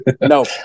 no